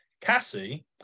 Cassie